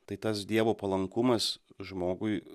tai tas dievo palankumas žmogui